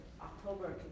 October